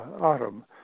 autumn